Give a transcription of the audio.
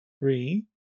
three